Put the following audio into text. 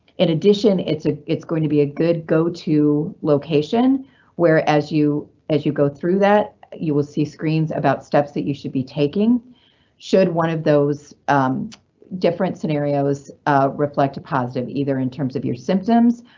in addition, it's ah it's going to be a good go to location where as you as you go through that, you will see screens about steps that you should be taking should one of those different scenarios reflect a positive. either in terms of your symptoms,